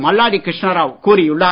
மல்லாடி கிருஷ்ணாராவ் கூறியுள்ளார்